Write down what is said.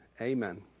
Amen